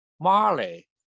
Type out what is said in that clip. Marley